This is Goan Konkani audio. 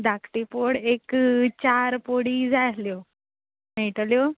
धाकटी पड एक चार पोडी जाय आल्ह्यो मेळटल्यो